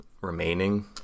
Remaining